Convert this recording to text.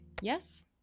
Yes